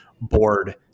board